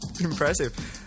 Impressive